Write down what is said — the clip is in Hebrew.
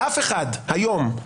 אף אחד, היום,